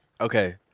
okay